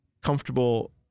comfortable